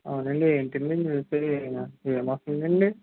అవునండి ఏంటండీ ఏం వస్తుందండి